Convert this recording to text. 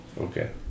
Okay